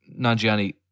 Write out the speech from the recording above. Nanjiani